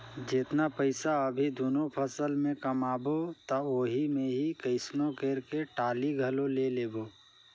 जेतना पइसा अभी दूनो फसल में कमाबे त ओही मे ही कइसनो करके टाली घलो ले लेबे